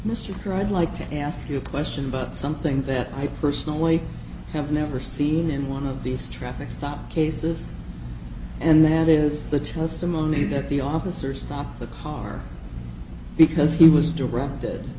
wright like to ask you a question about something that i personally have never seen in one of these traffic stop cases and that is the testimony that the officers on the car because he was directed